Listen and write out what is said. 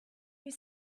you